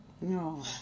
no